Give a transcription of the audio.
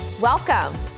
Welcome